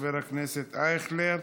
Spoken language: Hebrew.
חבר הכנסת אייכלר,